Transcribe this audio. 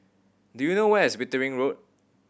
do you know where is Wittering Road